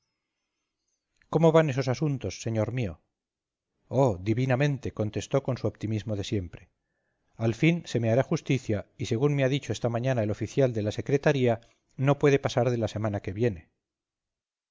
cómo van esos asuntos señor mío oh divinamente contestó con su optimismo de siempre al fin se me hará justicia y según me ha dicho esta mañana el oficial de la secretaría no puede pasar de la semana que viene